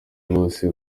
bose